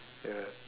ya